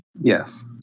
Yes